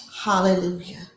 Hallelujah